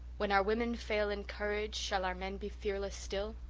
when our women fail in courage, shall our men be fearless still?